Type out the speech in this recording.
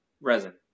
Resin